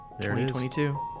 2022